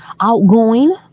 outgoing